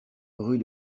rue